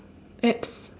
abs